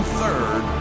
third